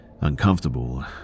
Uncomfortable